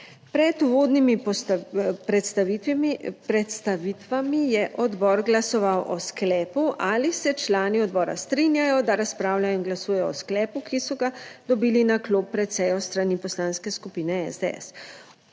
Pred uvodnimi predstavitvami je odbor glasoval o sklepu, ali se člani odbora strinjajo, da razpravljajo in glasuje o sklepu, ki so ga dobili na klop pred sejo s strani Poslanske skupine SDS.